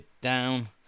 down